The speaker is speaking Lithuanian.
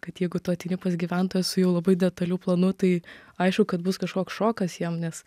kad jeigu tu ateini pas gyventoją su jau labai detaliu planu tai aišku kad bus kažkoks šokas jiem nes